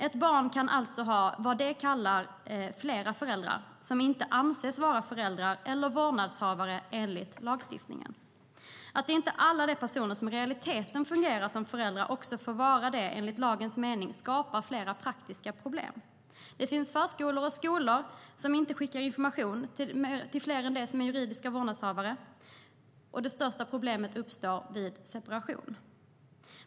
Ett barn kan alltså ha flera personer som det kallar föräldrar men som inte anses vara föräldrar eller vårdnadshavare enligt lagstiftningen. Att inte alla de personer som i realiteten fungerar som föräldrar också får vara det i lagens mening skapar flera praktiska problem. Det finns förskolor och skolor som inte skickar information till andra än de juridiska vårdnadshavarna. De största problemen uppstår vid separation.